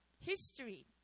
history